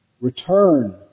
Return